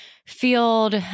field